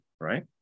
right